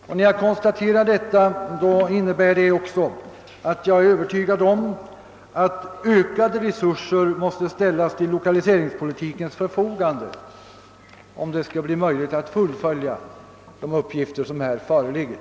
Och när jag konstaterar detta innebär det även att jag är övertygad om att ökade resurser måste ställas till lokaliseringspolitikens förfogande, om det skall bli möjligt att nå det avsedda resultatet.